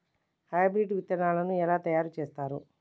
Hybrid విత్తనాలను ఎలా తయారు చేస్తారు?